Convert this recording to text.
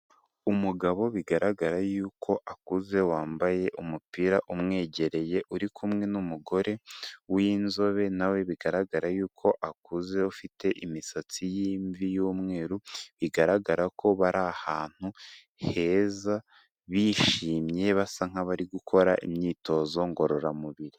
Umugabo bigaragara yuko akuze, wambaye umupira umwegereye, uri kumwe n'umugore w'inzobe, nawe bigaragara yuko akuze, ufite imisatsi y'imvi y'umweru, bigaragara ko bari ahantu heza, bishimye basa nk'abari gukora, imyitozo ngororamubiri.